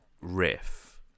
riff